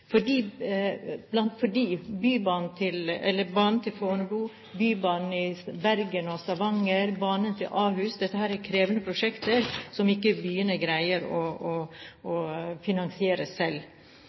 banen til Fornebu, bybanen i Bergen og Stavanger, banen til Ahus. Dette er krevende prosjekter som ikke byene greier å